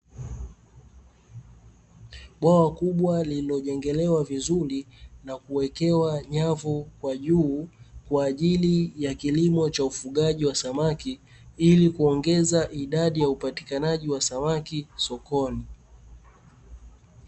Bwawa kubwa lililojengelewa vizuri na kuwekewa nyavu kwa juu kwa ajili ya kilimo cha ufugaji wa samaki, ili kuongeza idadi ya upatikanaji wa samaki sokoni.